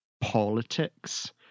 politics